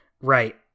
Right